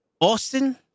Austin